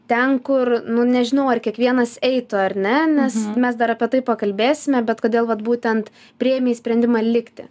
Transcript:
ten kur nu nežinau ar kiekvienas eitų ar ne nes mes dar apie tai pakalbėsime bet kodėl vat būtent priėmei sprendimą likti